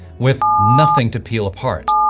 with nothing to peel apart.